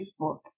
Facebook